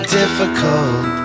difficult